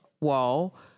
wall